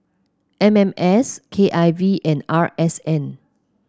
M M S K I V and R S N